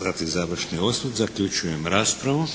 dati završni osvrt. Zaključujem raspravu.